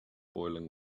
boiling